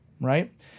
right